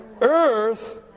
earth